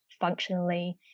functionally